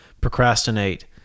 procrastinate